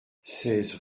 seize